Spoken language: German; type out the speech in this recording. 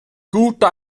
guter